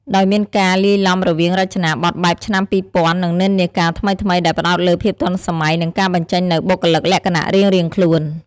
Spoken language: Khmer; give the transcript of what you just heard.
ដោយមានការលាយឡំរវាងរចនាបទបែបឆ្នាំ២០០០ និងនិន្នាការថ្មីៗដែលផ្ដោតលើ ភាពទាន់សម័យ និងការបញ្ចេញនូវបុគ្គលិកលក្ខណៈរៀងៗខ្លួន។